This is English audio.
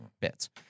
bits